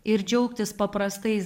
ir džiaugtis paprastais